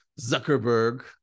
zuckerberg